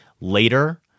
later